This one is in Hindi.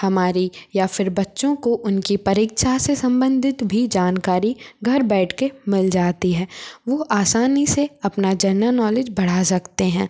हमारी या फिर बच्चों को उनकी परीक्षा से संबंधित भी जानकारी घर बैठ के मिल जाती है वो आसानी से अपना जेनल नौलेज बढ़ा सकते हैं